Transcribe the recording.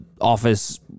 office